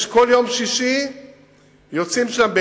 כל יום שישי יוצאים שם,